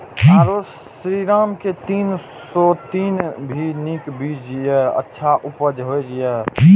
आरो श्रीराम के तीन सौ तीन भी नीक बीज ये अच्छा उपज होय इय?